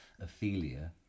Ophelia